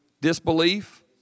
Disbelief